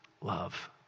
love